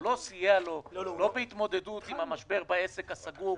הוא לא סייע לו לא בהתמודדות עם המשבר בעסק הסגור,